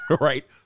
right